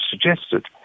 suggested